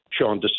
Sean